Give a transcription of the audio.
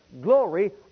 glory